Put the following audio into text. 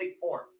form